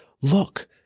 look